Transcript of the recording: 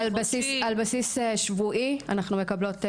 על בסיס שבועי, אנחנו מקבלות פניות,